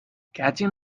catching